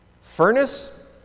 furnace